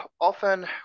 often